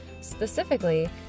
Specifically